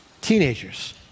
Teenagers